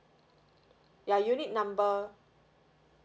ya unit number